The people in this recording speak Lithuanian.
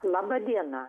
laba diena